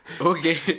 Okay